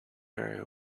very